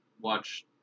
watch